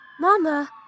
Mama